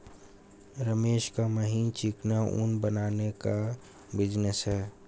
रमेश का महीन चिकना ऊन बनाने का बिजनेस है